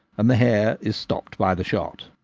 and the hare is stopped by the shot.